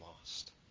lost